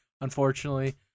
unfortunately